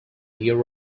your